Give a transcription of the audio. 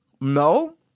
No